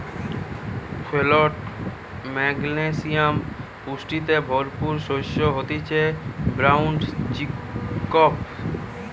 folate, magnesium পুষ্টিতে ভরপুর শস্য হতিছে ব্রাউন চিকপি